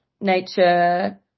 nature